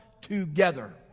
together